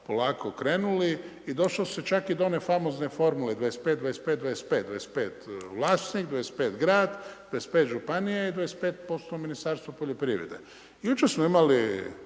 polako krenuli i došlo se čak i do one famozne formule 25, 25, 25, 25 vlasnik, 25 grad, 25 županija i 25% Ministarstvo poljoprivrede. I jučer smo imali